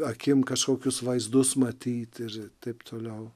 akim kažkokius vaizdus matyti ir taip toliau